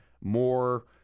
more